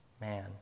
man